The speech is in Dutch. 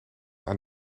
aan